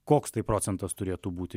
koks tai procentas turėtų būti